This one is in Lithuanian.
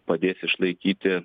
padės išlaikyti